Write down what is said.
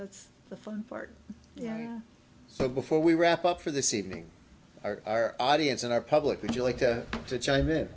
that's the fun part yeah so before we wrap up for this evening our audience and our public would you like to chime in